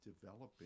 developing